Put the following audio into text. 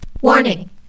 Warning